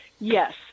Yes